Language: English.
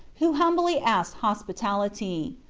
who humbly asked hospitality.